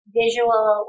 visual